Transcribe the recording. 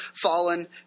fallen